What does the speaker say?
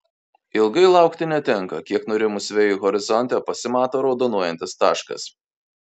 ilgai laukti netenka kiek nurimus vėjui horizonte pasimato raudonuojantis taškas